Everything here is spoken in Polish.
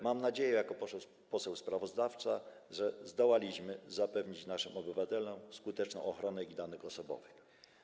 Mam nadzieję jako poseł sprawozdawca, że zdołaliśmy zapewnić naszym obywatelom skuteczną ochronę ich danych osobowych.